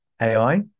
ai